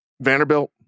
Vanderbilt